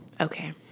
Okay